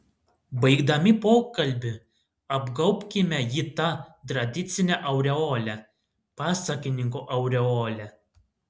baigdami pokalbį apgaubkime jį ta tradicine aureole pasakininko aureole